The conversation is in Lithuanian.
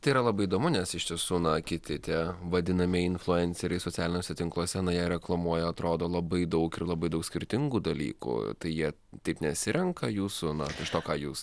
tai yra labai įdomu nes iš tiesų na kiti tie vadinamieji influenceriai socialiniuose tinkluose na jie reklamuoja atrodo labai daug ir labai daug skirtingų dalykų tai jie taip nesirenka jūsų na to ką jūs